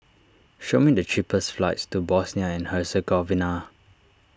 show me the cheapest flights to Bosnia and Herzegovina